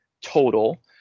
total